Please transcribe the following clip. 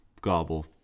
gobble